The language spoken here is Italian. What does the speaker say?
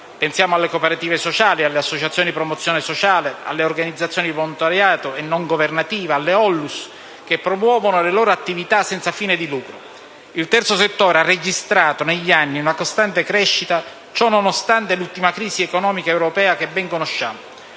(pensiamo alle cooperative sociali, alle associazioni di promozione sociale, alle organizzazioni di volontariato e non governative, alle ONLUS) che promuovono le loro attività senza fine di lucro. Il terzo settore ha registrato negli anni una costante crescita, nonostante l'ultima crisi economica europea che ben conosciamo.